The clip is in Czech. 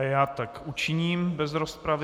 Já tak učiním bez rozpravy.